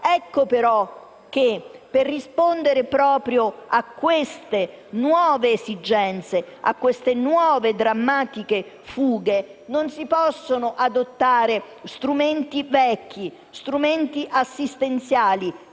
Ecco, però, che per rispondere proprio a queste nuove esigenze, a queste nuove drammatiche fughe, non si possono adottare strumenti vecchi, assistenziali,